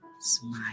smile